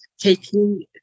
taking